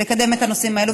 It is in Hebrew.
לקדם את הנושאים האלה,